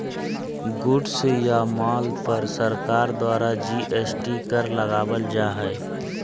goods या माल पर सरकार द्वारा जी.एस.टी कर लगावल जा हय